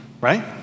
right